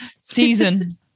Season